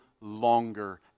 longer